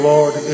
Lord